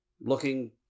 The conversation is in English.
Looking